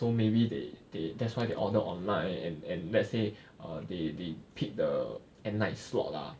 so maybe they they that's why they order online and and let's say err they they pick the at night slot lah